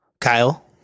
Kyle